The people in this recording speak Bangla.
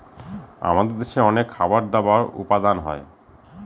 আমাদের দেশে অনেক খাবার দাবার উপাদান হয়